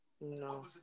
No